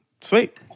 sweet